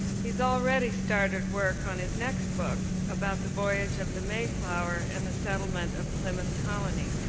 he's already started work on his next book about the voyage of the mayflower and the settlement of plymouth colony.